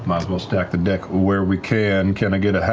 um as well stack the deck where we can. can i get